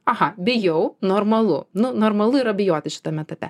aha bijau normalu nu normalu ir abejoti šitame etape